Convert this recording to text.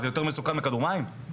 מה, זה יותר מסוכן מכדור מים?